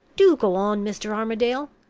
do go on, mr. armadale!